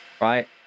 right